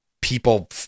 people